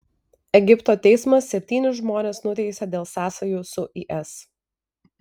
egipto teismas septynis žmones nuteisė dėl sąsajų su is